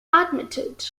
admitted